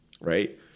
right